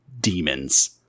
demons